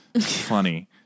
Funny